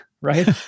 right